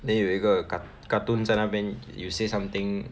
then 有一个 cartoons 在那边 you say something